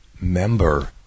member